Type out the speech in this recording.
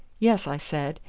yes, i said,